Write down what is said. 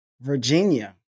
Virginia